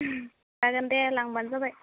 जागोन दे लांब्लानो जाबाय